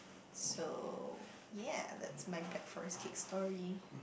so ya that's my black forest cake story